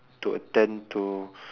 to attend to